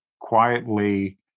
quietly